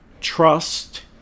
Trust